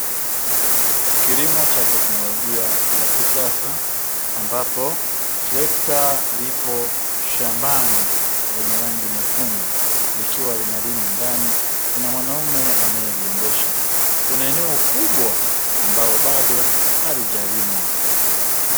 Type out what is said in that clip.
Kilimo cha teknolojia ya kisasa ambapo trekta lipo shambani, lenye rangi nyekundu likiwa linalima ndani kuna mwanaume anae liendesha kuna eneo kubwa ambalo bado halijalimwa.